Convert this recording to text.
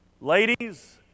Ladies